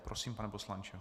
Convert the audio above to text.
Prosím, pane poslanče.